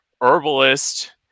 herbalist